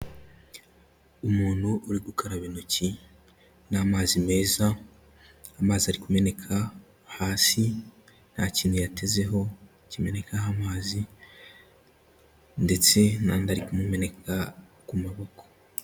Umuntu, uri gukaraba intoki n'amazi meza, amazi ari kumeneka hasi nta kintu yatezeho, kimenekaho amazi ndetse n'andi ari kumumeneka ku amaboko.